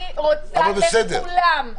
אני רוצה לכולם.